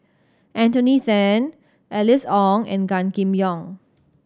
Anthony Then Alice Ong and Gan Kim Yong